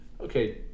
okay